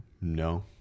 No